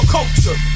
culture